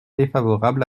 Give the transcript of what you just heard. défavorable